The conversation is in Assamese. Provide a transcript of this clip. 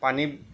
পানী